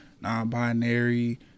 non-binary